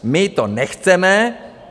My to nechceme.